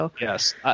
Yes